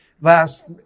last